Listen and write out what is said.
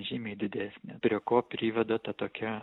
žymiai didesnė prie ko priveda ta tokia